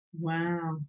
Wow